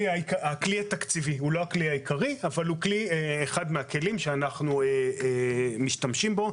הכלי התקציבי הוא אחד מהכלים שאנחנו משתמשים בו,